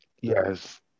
Yes